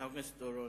חבר הכנסת אורון,